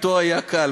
אתו היה קל,